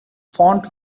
font